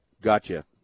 Gotcha